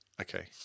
Okay